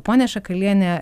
ponia šakaliene